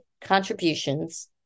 contributions